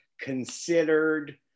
considered